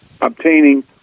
obtaining